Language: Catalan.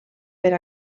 per